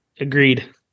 agreed